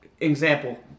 example